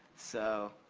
so,